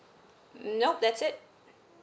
nop that's it